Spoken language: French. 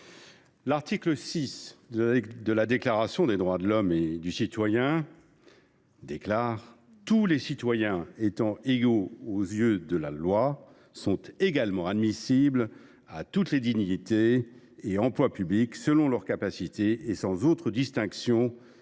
l’article 6 de la Déclaration des droits de l’homme et du citoyen dispose :« Tous les citoyens étant égaux [aux] yeux [de la loi] sont également admissibles à toutes dignités, places et emplois publics, selon leur capacité, et sans autre distinction